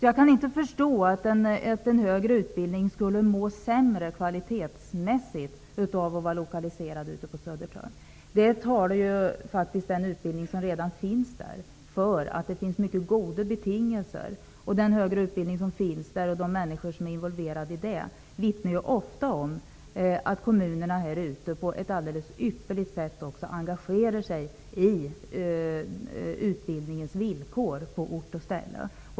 Jag kan inte förstå att en högre utbildning skulle må sämre kvalitetsmässigt av att vara lokaliserad till Södertörn. Utbildningen som redan finns där talar för att det finns goda betingelser. De människor som är involverade i den högre utbildningen vittnar ofta om att kommunerna på ett ypperligt sätt engagerar sig i utbildningsvillkoren på ort och ställe.